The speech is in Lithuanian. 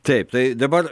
taip tai dabar